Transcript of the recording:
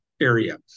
area